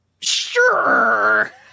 Sure